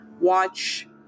watch